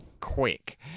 quick